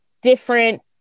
Different